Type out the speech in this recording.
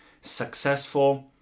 successful